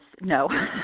no